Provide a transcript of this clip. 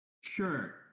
Sure